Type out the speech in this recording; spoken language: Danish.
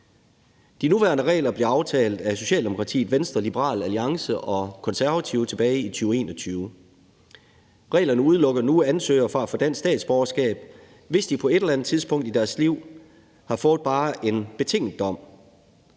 De nuværende regler blev aftalt af Socialdemokratiet, Venstre, Liberal Alliance og Konservative tilbage i 2021. Reglerne udelukker nu ansøgere fra at få dansk statsborgerskab, hvis de på et eller andet tidspunkt i deres liv har fået bare en betinget dom,